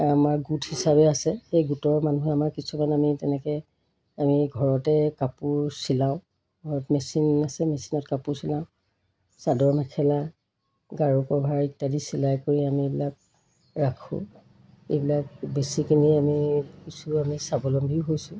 আমাৰ গোট হিচাপে আছে সেই গোটৰ মানুহে আমাৰ কিছুমান আমি তেনেকৈ আমি ঘৰতে কাপোৰ চিলাওঁ ঘৰত মেচিন আছে মেচিনত কাপোৰ চিলাওঁ চাদৰ মেখেলা গাৰু কভাৰ ইত্যাদি চিলাই কৰি আমি এইবিলাক ৰাখোঁ এইবিলাক বেছি কিনিয়ে আমি কিছু আমি স্বাৱলম্বীও হৈছোঁ